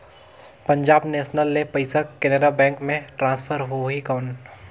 Punjab national ले पइसा Canara bank मे ट्रांसफर होहि कौन?